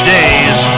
Days